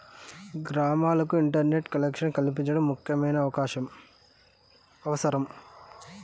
గ్రామాలకు internet collection కల్పించడం ముఖ్యమైన అవసరం